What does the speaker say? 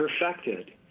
perfected